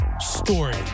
story